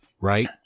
right